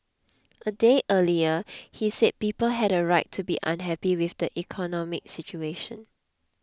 a day earlier he said people had a right to be unhappy with the economic situation